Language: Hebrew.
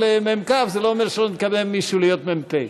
למ"כ זה לא אומר שלא נקבל מישהו להיות מ"פ.